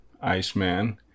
Iceman